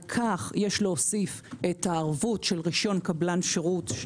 על כך יש להוסיף את הערבות של רשיון קבלן שירות,